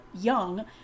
young